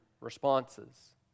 responses